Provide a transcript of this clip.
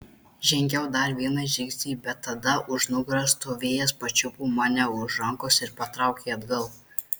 žengiau dar vieną žingsnį bet tada už nugaros stovėjęs pačiupo mane už rankos ir patraukė atgal